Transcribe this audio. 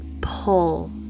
pull